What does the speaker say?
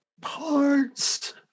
parts